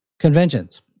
Conventions